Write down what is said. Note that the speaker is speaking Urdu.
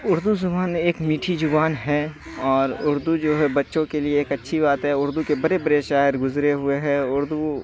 اردو زبان ایک میٹھی زبان ہے اور اردو جو ہے بچوں کے لیے ایک اچھی بات ہے اردو کے بڑے بڑے شاعر گزرے ہوئے ہیں اردو